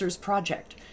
Project